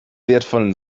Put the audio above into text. wertvollen